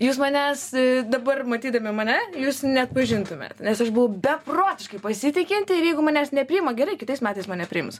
jūs manęs dabar matydami mane jūs neatpažintumėt nes aš buvau beprotiškai pasitikinti ir jeigu manęs nepriima gerai kitais metais mane priims